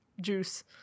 juice